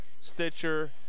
Stitcher